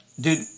Dude